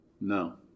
No